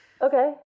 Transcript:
Okay